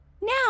Now